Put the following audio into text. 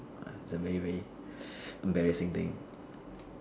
ah it is a very very embarrassing thing